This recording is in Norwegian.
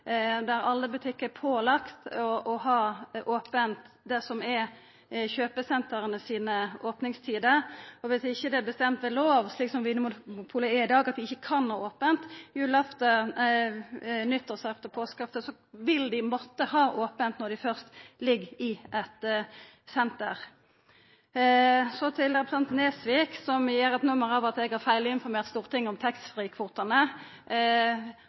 der alle butikkar er pålagde å ha ope i kjøpesentra sine opningstider. Dersom det ikkje er bestemt ved lov, slik som for Vinmonopolet i dag, at det ikkje kan ha ope juleftan, nyttårsaftan og påskeaftan, vil dei måtta ha ope når dei først ligg i eit senter. Så til representanten Nesvik, som gjer eit nummer av at eg har feilinformert Stortinget om